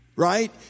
Right